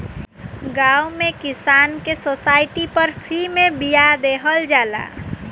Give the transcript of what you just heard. गांव में किसान के सोसाइटी पर फ्री में बिया देहल जाला